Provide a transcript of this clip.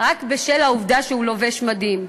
רק בשל העובדה שהוא לובש מדים.